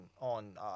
on